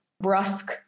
brusque